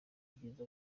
byiza